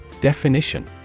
Definition